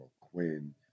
Quinn